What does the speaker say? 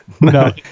No